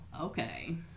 Okay